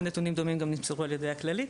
ונתונים דומים גם נמסרו על ידי הכללית,